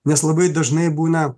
nes labai dažnai būna